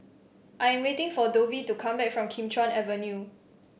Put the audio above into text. I am waiting for Dovie to come back from Kim Chuan Avenue